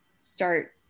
start